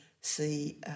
see